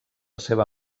seva